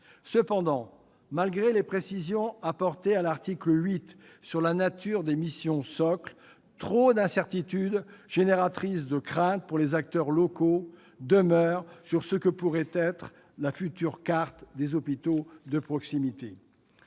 Cependant, malgré les précisions apportées à l'article 8 sur la nature des missions socles, trop d'incertitudes génératrices de craintes pour les acteurs locaux demeurent sur ce que pourrait être la future carte des hôpitaux de proximité.